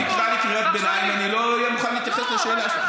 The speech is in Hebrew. אם תקרא לי קריאת ביניים אני לא אהיה מוכן להתייחס לשאלה שלך.